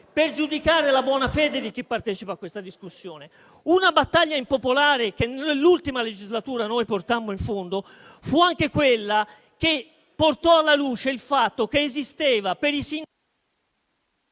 per giudicare la buona fede di chi partecipa a questa discussione. Una battaglia impopolare che nell'ultima legislatura noi portammo in fondo fu anche quella che portò alla luce il fatto che esisteva per...